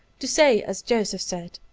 to say, as joseph said,